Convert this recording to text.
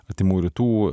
artimųjų rytų